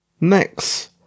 Next